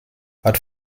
hat